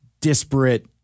disparate